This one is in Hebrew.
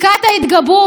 הינה,